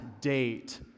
date